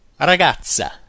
ragazza